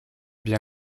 bien